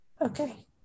okay